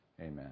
Amen